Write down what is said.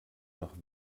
nach